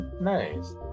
nice